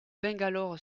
bangalore